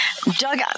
Doug